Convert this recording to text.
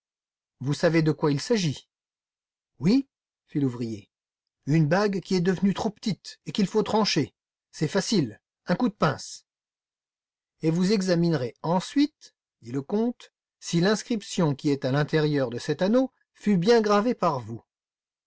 vous savez de quoi il s'agit oui fit l'ouvrier une bague qui est devenue trop petite et qu'il faut trancher c'est facile un coup de pince et vous examinerez ensuite dit le comte si l'inscription qui est à l'intérieur de cet anneau fut bien gravée par vous